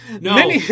No